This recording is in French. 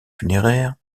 funéraire